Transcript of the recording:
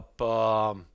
up –